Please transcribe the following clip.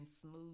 smooth